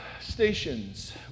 stations